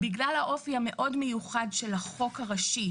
בגלל האופי המאוד מיוחד של החוק הראשי,